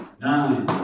nine